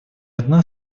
одна